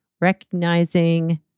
recognizing